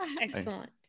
excellent